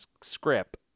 script